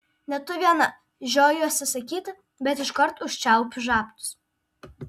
ne tu viena žiojuosi sakyti bet iškart užčiaupiu žabtus